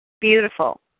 Beautiful